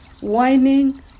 whining